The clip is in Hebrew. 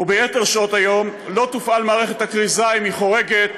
וביתר שעות היום לא תופעל מערכת הכריזה אם היא חורגת